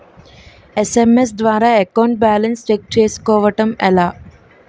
SMS ద్వారా account balance check చేసుకోవటం ఎలా?